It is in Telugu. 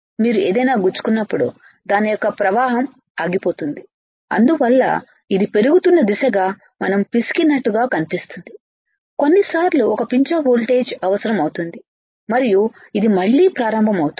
మీరు ఏదైనా గుచ్చుకున్నప్పుడు దాని యొక్క ప్రవాహం ఆగిపోతుంది అందువల్ల ఇది పెరుగుతున్న దిశగా మనం పిసికినట్టు కనిపిస్తోంది కొన్ని సార్లు ఒక పించ్ ఆఫ్ వోల్టేజీ అవసరం అవుతుంది మరియు ఇది మళ్లీ ప్రారంభం అవుతుంది